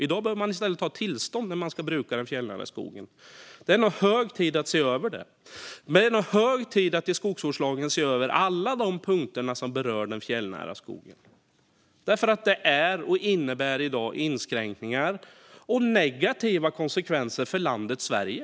I dag behöver man ha tillstånd när man ska bruka den fjällnära skogen. Det är hög tid att se över detta. Det är också hög tid att se över alla punkter i skogsvårdslagen som rör den fjällnära skogen, för de innebär i dag inskränkningar och negativa konsekvenser för landet Sverige.